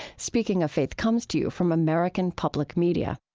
speaking of faith comes to you from american public media